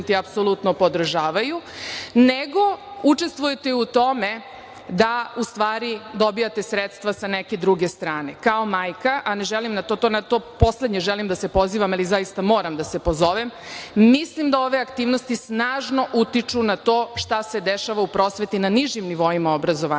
apsolutno podržavaju nego učestvujete u tome da u stvari dobijate sredstva sa neke druge strane. Kao majka, a ne želim, na to poslednje želim da se pozivam, jer zaista moram da se pozovem, mislim da ove aktivnosti snažno utiču na to šta se dešava u prosveti na nižim nivoima obrazovanja. Apelujem